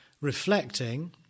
reflecting